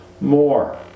more